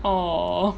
orh